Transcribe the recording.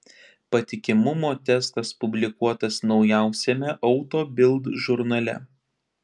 patikimumo testas publikuotas naujausiame auto bild žurnale